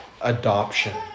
adoption